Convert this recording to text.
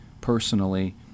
personally